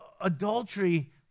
adultery